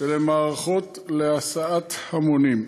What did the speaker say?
ולמערכות להסעת המונים.